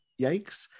yikes